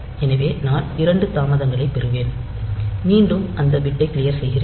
எனவே நான் இரண்டு தாமதங்களைப் பெறுவேன் பின்னர் அந்த பிட்டை க்ளியர் செய்கிறேன்